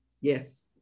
yes